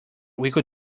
equal